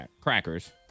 crackers